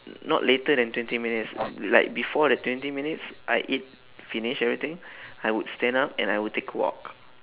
not later than twenty minutes like before the twenty minutes I eat finish everything I would stand up and I would take a walk